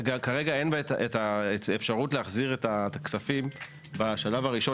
כרגע אין את האפשרות להחזיר את הכספים בשלב הראשון,